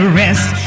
rest